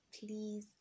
Please